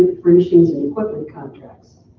furnishings and equipment contracts.